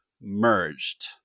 merged